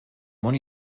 món